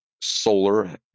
solar